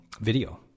video